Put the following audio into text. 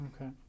Okay